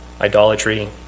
idolatry